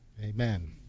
amen